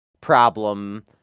problem